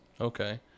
Okay